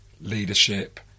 leadership